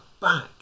back